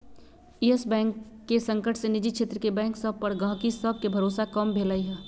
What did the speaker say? इयस bank के संकट से निजी क्षेत्र के बैंक सभ पर गहकी सभके भरोसा कम भेलइ ह